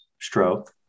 stroke